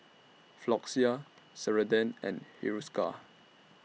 Floxia Ceradan and Hiruscar